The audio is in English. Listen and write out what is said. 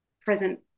present